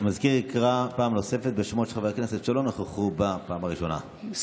המזכיר יקרא פעם נוספת בשמות חברי הכנסת שלא נכחו בפעם הראשונה.